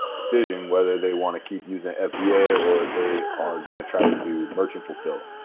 decision whether they want to keep using ah fba or they are going to try to do merchant fulfill.